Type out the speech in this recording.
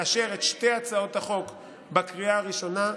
לאשר את שתי הצעות החוק בקריאה הראשונה.